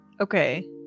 Okay